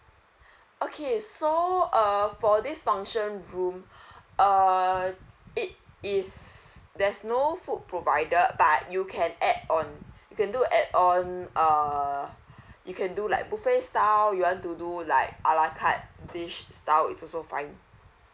okay so uh for this function room err it is there's no food provided but you can add on you can do add on err you can do like buffet style you want to do like a la carte dish style is also fine